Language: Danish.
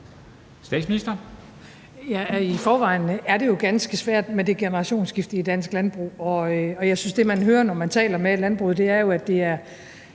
Ja, i forvejen er det jo ganske svært med det generationsskifte i dansk landbrug. Og jeg synes, at det, man hører, når man taler med landbruget, jo er, at det er